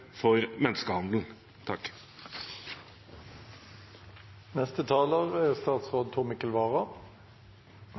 for menneskehandel. Det er